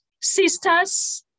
Sisters